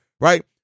right